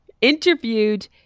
interviewed